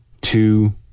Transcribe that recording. two